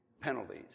penalties